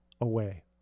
away